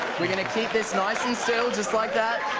we're gonna keep this nice and still just like that.